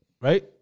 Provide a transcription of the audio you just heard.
right